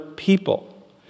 people